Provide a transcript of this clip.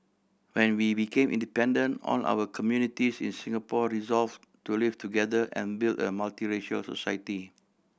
when we became independent all our communities in Singapore resolved to live together and build a multiracial society